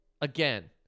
again